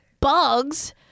Bugs